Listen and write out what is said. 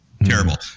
Terrible